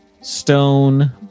stone